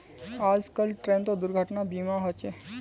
आजकल ट्रेनतो दुर्घटना बीमा होचे